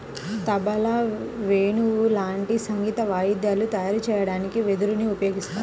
తబలా, వేణువు లాంటి సంగీత వాయిద్యాలు తయారు చెయ్యడానికి వెదురుని ఉపయోగిత్తారు